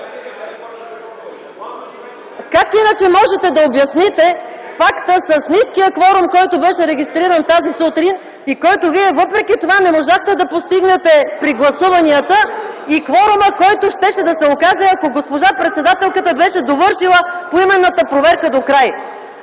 Как иначе можете да обясните факта с ниския кворум, който беше регистриран тази сутрин и който вие въпреки това не можахте да постигнете при гласуванията, и кворума, който щеше да се окаже, ако госпожа председателката беше довършила поименната проверка докрай?